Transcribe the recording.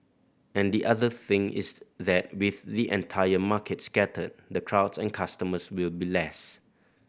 and the other thing is that with the entire market scattered the crowds and customers will be less